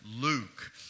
Luke